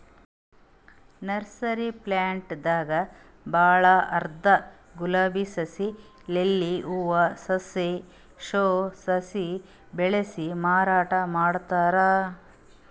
nursery plants ದಾಗ್ ಭಾಳ್ ಅಂದ್ರ ಗುಲಾಬಿ ಸಸಿ, ಲಿಲ್ಲಿ ಹೂವಿನ ಸಾಸ್, ಶೋ ಸಸಿ ಬೆಳಸಿ ಮಾರಾಟ್ ಮಾಡ್ತಾರ್